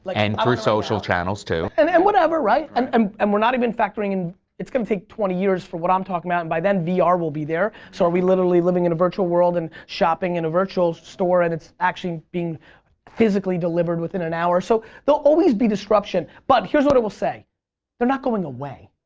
and through social channels too. and and whatever, right um um and were not even factoring in it's going to take twenty years for what i'm talking and by then vr will be there so are we literally living in a virtual world and shopping in a virtual store and it's actually being physically delivered within an hour? so there'll always be disruption but here's what i will say they're not going away.